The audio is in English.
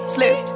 Slip